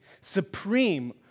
supreme